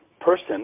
person